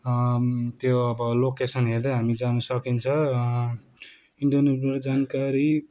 त्यो अब लोकेसन हेर्दै हामी अब जानु सकिन्छ इन्टरनेटबाट जानकारी